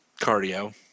cardio